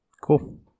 Cool